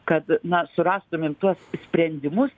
kad na surastumėm tuos sprendimus